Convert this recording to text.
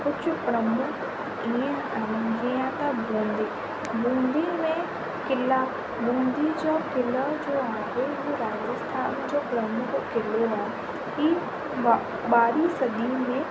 कुझु प्रमुख ईअं आहिनि जीअं त बूंदी बूंदी में क़िला बूंदी जा क़िला जो आहिनि उहे राजस्थान जो प्रमुख क़िलो आहे हीउ ॿारहीं सदीअ में